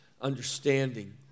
understanding